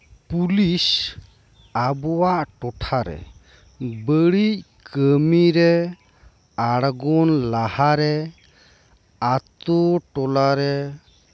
police ᱟᱵᱚᱣᱟᱜ ᱴᱚᱴᱷᱟᱨᱮ ᱵᱟᱹᱲᱤᱡ ᱠᱟᱹᱢᱤᱨᱮ ᱟᱲᱜᱚᱱ ᱞᱟᱦᱟᱨᱮ ᱟᱛᱳ ᱴᱚᱞᱟᱨᱮ